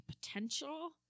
potential